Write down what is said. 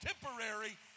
temporary